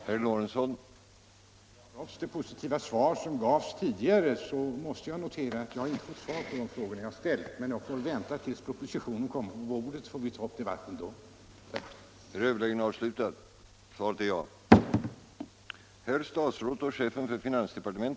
Herr talman! Trots det positiva svar som gavs tidigare måste jag notera att jag inte fått svar på de frågor jag nu ställt. Men jag får vänta tills propositionen kommer på riksdagens bord, och vi får då ta upp debatten på nytt.